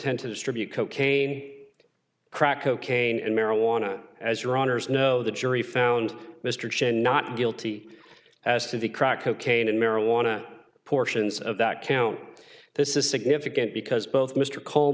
intent to distribute cocaine crack cocaine and marijuana as runners know the jury found mr shand not guilty as to the crack cocaine and marijuana portions of that count this is significant because both mr col